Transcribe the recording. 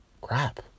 crap